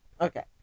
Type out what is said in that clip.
Okay